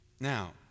Now